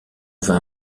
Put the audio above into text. vins